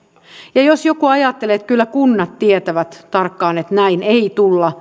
käyttöön jos joku ajattelee että kyllä kunnat tietävät tarkkaan että näin ei tulla